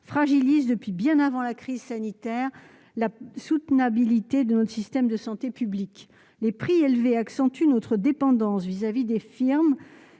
fragilise depuis bien avant la crise sanitaire la soutenabilité de notre système de santé publique, les prix élevés accentue notre dépendance vis-à-vis des firmes